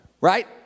right